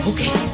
Okay